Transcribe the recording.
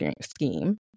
scheme